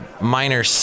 minor